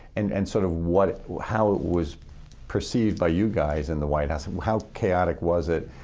and and sort of what how it was perceived by you guys in the white house, and how chaotic was it,